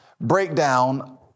breakdown